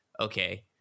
okay